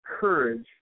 courage